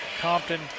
Compton